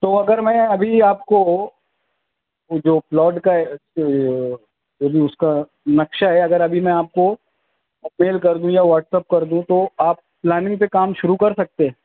تو اگر میں ابھی آپ کو جو پلاٹ کا جو بھی اس کا نقشہ ہے اگر ابھی میں آپ کو میل کر دوں یا واٹس اپ کر دوں تو آپ پلاننگ پہ کام شروع کر سکتے ہیں